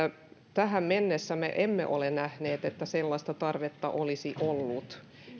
tähän mennessä me emme ole nähneet että sellaista tarvetta olisi ollut